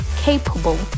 capable